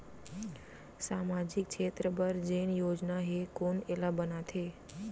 सामाजिक क्षेत्र बर जेन योजना हे कोन एला बनाथे?